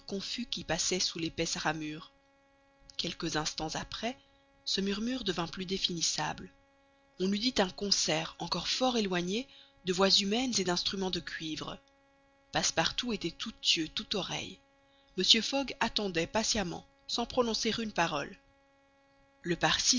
qui passais sous l'épaisse ramure quelques instants après ce murmure devint plus définissable on eût dit un concert encore fort éloigné de voix humaines et d'instruments de cuivre passepartout était tout yeux tout oreilles mr fogg attendait patiemment sans prononcer une parole le parsi